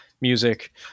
music